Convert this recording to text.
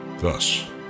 Thus